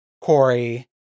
Corey